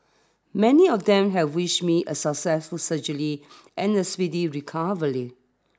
many of them have wish me a successful surgery and a speedy recovery